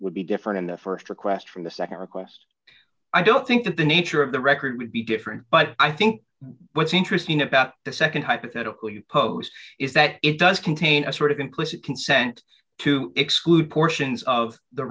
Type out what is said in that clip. would be different in the st request from the nd request i don't think that the nature of the record would be different but i think what's interesting about the nd hypothetical you post is that it does contain a sort of implicit consent to exclude portions of the